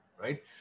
right